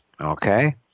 Okay